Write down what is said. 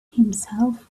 himself